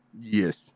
Yes